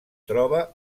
troba